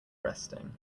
resting